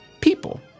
people